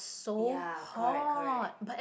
ya correct correct